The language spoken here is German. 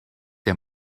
der